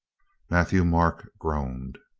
matthieu marc groaned.